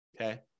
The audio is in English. Okay